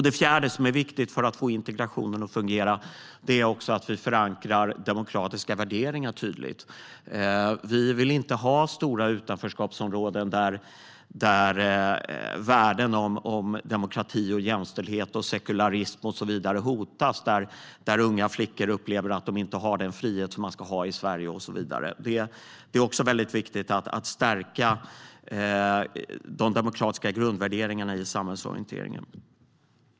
Det fjärde som är viktigt för att få integrationen att fungera är att vi tydligt förankrar demokratiska värderingar. Vi vill inte ha stora utanförskapsområden där värden som demokrati, jämställdhet och sekularism hotas, där unga flickor upplever att de inte har den frihet som man ska ha i Sverige och så vidare. Det är också väldigt viktigt att stärka de demokratiska grundvärderingarna i samhällsorienteringen.